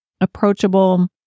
approachable